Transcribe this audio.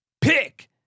Pick